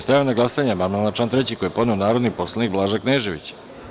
Stavljam na glasanje amandman na član 3. koji je podneo narodni poslanik Blaža Knežević.